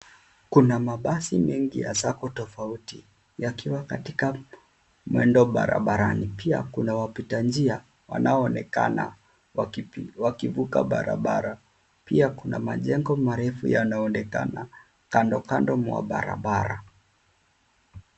Kuna mabasi mengi ya SACCO tofauti yakiwa katika mwendo barabarani. Pia kuna wapita njia wanaonekana wakivuka barabara. Pia kuna majengo marefu yanaonekana kando kando mwa barabara.